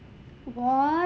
what